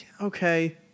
Okay